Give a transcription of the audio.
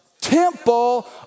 temple